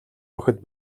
охид